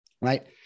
right